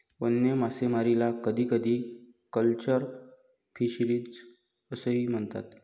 वन्य मासेमारीला कधीकधी कॅप्चर फिशरीज असेही म्हणतात